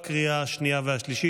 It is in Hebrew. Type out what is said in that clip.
לקריאה השנייה והשלישית.